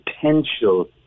potential